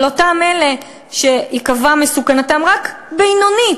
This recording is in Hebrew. אבל אותם אלה שייקבע שמסוכנותם היא רק בינונית,